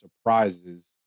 surprises